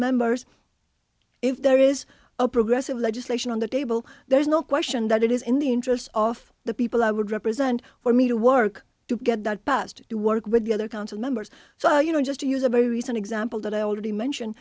members if there is a progressive legislation on the table there's no question that it is in the interest of the people i would represent for me to work to get that passed to work with the other council members so you know just to use a very recent example that i already mentioned